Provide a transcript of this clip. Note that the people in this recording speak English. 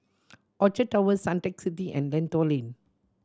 Orchard Towers Suntec City and Lentor Lane